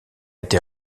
été